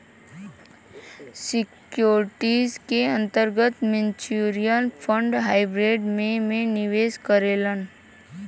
securities के अंतर्गत mutual fund hybrid में में निवेश करेलन